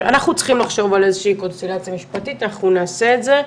אנחנו צריכים לחשוב על איזושהי קונסטלציה משפטית אנחנו נעשה את זה,